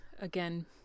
again